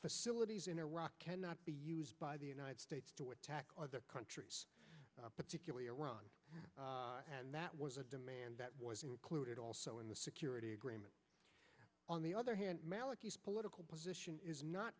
facilities in iraq cannot be used by the united states to attack other countries particularly iran and that was a demand that was included also in the security agreement on the other hand maliki's political position is not